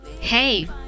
Hey